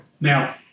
Now